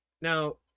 Now